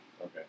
Okay